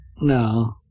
no